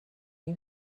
you